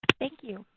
thank you.